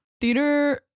theater